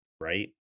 right